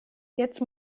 jetzt